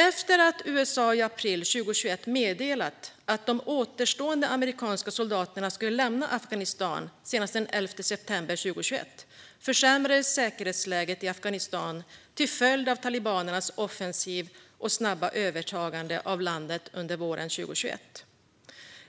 Efter att USA i april 2021 meddelat att de återstående amerikanska soldaterna skulle lämna Afghanistan senast den 11 september 2021 försämrades säkerhetsläget i Afghanistan till följd av talibanernas offensiv och snabba övertagande av landet under våren 2021.